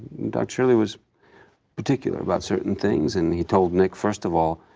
don shirley was particular about certain things and he told nick first of all,